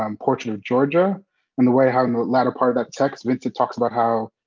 um portrait of georgia and the way how and the latter part of that text vincent talks about how